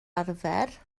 arfer